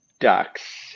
ducks